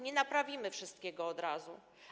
Nie naprawimy wszystkiego od razu.